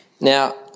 Now